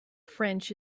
french